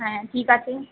হ্যাঁ ঠিক আছে